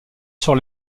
sur